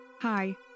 Hi